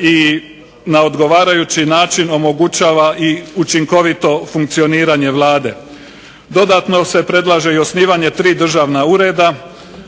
i na odgovarajući način omogućava i učinkovito funkcioniranje vlade. Dodatno se predlaže i osnivanje tri državna ureda